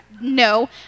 No